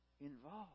involved